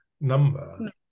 number